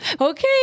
okay